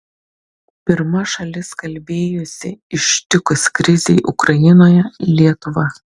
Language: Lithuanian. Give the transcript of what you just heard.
pirma šalis kalbėjusi ištikus krizei ukrainoje lietuva